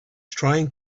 trying